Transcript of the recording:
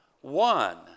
one